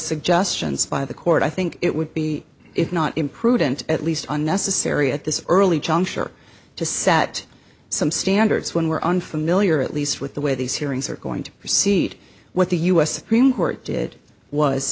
suggestions by the court i think it would be if not imprudent at least unnecessary at this early juncture to set some standards when we're unfamiliar at least with the way these hearings are going to proceed what the u s supreme court did was